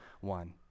one